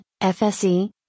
FSE